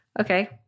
Okay